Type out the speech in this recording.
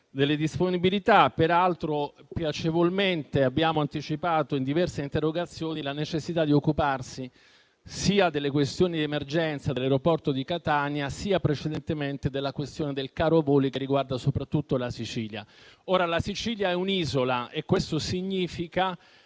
delle disponibilità. Piacevolmente, peraltro, abbiamo anticipato in diverse interrogazioni la necessità di occuparsi sia delle questioni di emergenza dell'aeroporto di Catania, sia precedentemente della questione del caro voli che riguarda soprattutto la Sicilia. La Sicilia è un'isola. Questo significa